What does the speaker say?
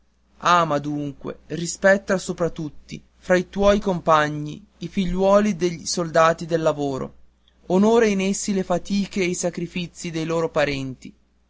ama dunque rispetta sopra tutti fra i tuoi compagni i figliuoli dei soldati del lavoro onora in essi le fatiche e i sacrifici dei loro parenti